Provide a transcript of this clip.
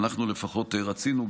אנחנו לפחות רצינו.